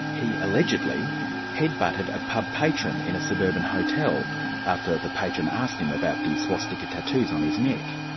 he allegedly head-butted a pub patron in a suburban hotel after the patron asked him about the swastika tattoos on his neck.